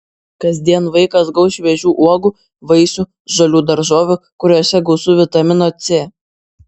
kasdien vaikas gaus šviežių uogų vaisių žalių daržovių kuriose gausu vitamino c